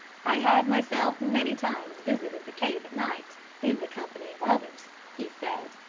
i have myself many times visited the cave at night in the company of others, he said,